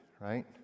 right